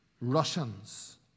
Russians